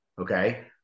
Okay